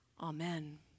Amen